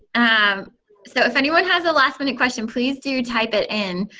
and so if anyone has a last minute questions, please do type it in.